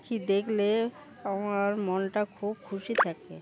পাখি দেখলে আমার মনটা খুব খুশি থাকে